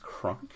Crunk